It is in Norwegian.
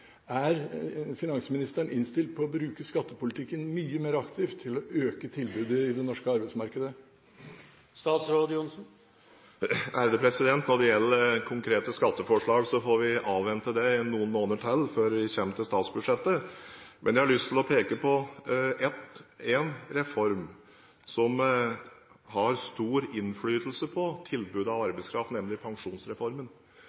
Er finansministeren innstilt på å bruke skattepolitikken mye mer aktivt for å øke tilbudet i det norske arbeidsmarkedet? Når det gjelder konkrete skatteforslag, får vi avvente det i noen måneder til før vi kommer til statsbudsjettet. Men jeg har lyst til å peke på en reform som har stor innflytelse på tilbudet av